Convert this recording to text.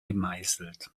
gemeißelt